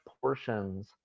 portions